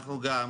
אנחנו גם,